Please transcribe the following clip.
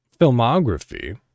filmography